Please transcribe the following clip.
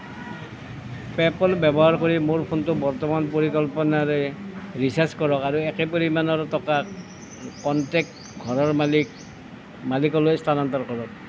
PayPal ব্যৱহাৰ কৰি মোৰ ফোনটো বৰ্তমানৰ পৰিকল্পনাৰে ৰিচাৰ্জ কৰক আৰু একে পৰিমাণৰ টকা কনটেক্ট ঘৰৰ মালিকলৈ স্থানান্তৰ কৰক